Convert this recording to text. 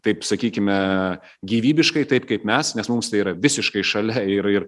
taip sakykime gyvybiškai taip kaip mes nes mums tai yra visiškai šalia ir ir